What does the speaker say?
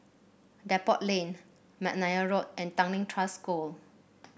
Depot Lane McNair Road and Tanglin Trust School